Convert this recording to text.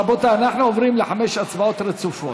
רבותיי, אנחנו עוברים לחמש הצבעות רצופות.